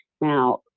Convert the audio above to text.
Now